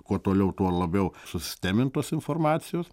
kuo toliau tuo labiau susistemintos informacijos